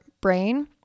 brain